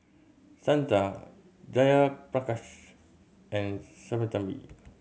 Santha Jayaprakash and Sinnathamby